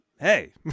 Hey